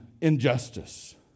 injustice